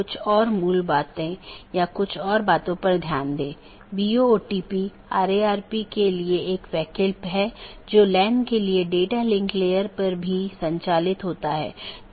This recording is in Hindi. तो मुख्य रूप से ऑटॉनमस सिस्टम मल्टी होम हैं या पारगमन स्टब उन परिदृश्यों का एक विशेष मामला है